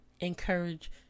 Encourage